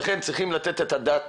לכן צריכים לתת את הדעת